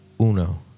uno